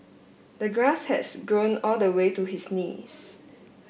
the grass has grown all the way to his knees